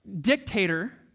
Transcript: dictator